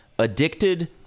Addicted